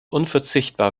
unverzichtbar